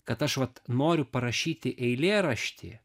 kad aš vat noriu parašyti eilėraštį